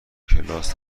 کلاس